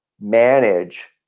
manage